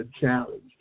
challenge